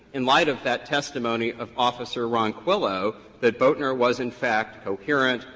in light of that testimony of officer ronquillo that boatner was in fact coherent,